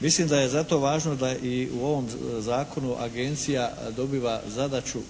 Mislim da je zato važno da i u ovom zakonu agencija dobiva zadaću